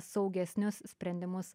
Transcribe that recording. saugesnius sprendimus